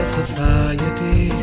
society